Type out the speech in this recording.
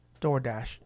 DoorDash